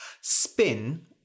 Spin